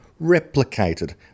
replicated